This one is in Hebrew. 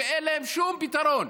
שאין להם שום פתרון,